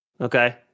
Okay